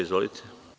Izvolite.